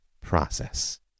process